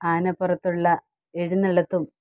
ആനപ്പുറത്തുള്ള എഴുന്നള്ളത്തും